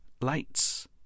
lights